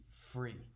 free